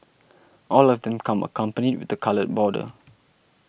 all of them come accompanied with a coloured border